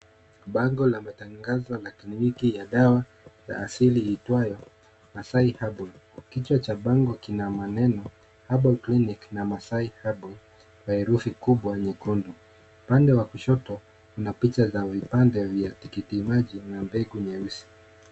Bango la matangazo la kliniki ya dawa za asili itwayo Masaai herbal. Kichwa cha bango kina maneno Herbal clinic na Masaai herbal na herufi kubwa nyekundu. Upande wa kushoto, kuna picha za vipande vya tikitimaji na mbegu nyeusi.